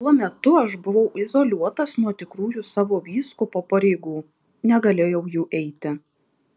tuo metu aš buvau izoliuotas nuo tikrųjų savo vyskupo pareigų negalėjau jų eiti